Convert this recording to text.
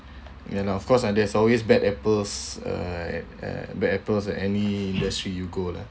ya lah of course there's always bad apples uh uh bad apples at any industry you go lah